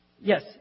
yes